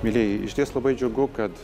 mielieji išties labai džiugu kad